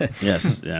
Yes